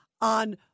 on